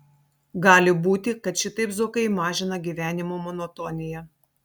gali būti kad šitaip zuokai mažina gyvenimo monotoniją